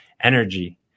energy